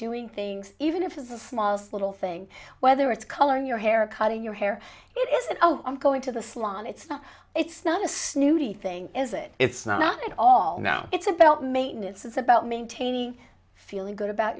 doing things even if the smiles little thing whether it's coloring your hair cutting your hair it is it i'm going to the salon it's not it's not a snooty thing is it it's not at all now it's about maintenance it's about maintaining feeling good about